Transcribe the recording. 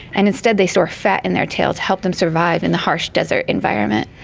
and instead they store fat in their tail to help them survive in the harsh desert environment.